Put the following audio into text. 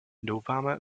doufáme